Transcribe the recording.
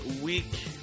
week